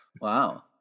Wow